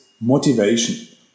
motivation